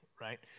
right